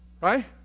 right